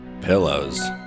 Pillows